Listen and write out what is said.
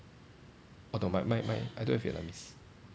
orh no my my my I don't have vietnamese